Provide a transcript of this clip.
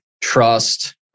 trust